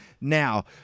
Now